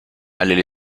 allait